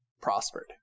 prospered